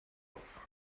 off